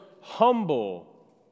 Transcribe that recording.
humble